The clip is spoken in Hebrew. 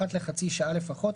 אחת לחצי שעה לפחות,